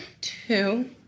two